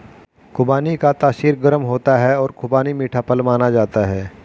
खुबानी का तासीर गर्म होता है और खुबानी मीठा फल माना जाता है